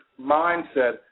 mindset